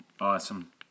Awesome